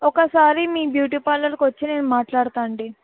ఒకసారి మీ బ్యూటీ పార్లర్కు వచ్చి నేను మాట్లాడతా అండి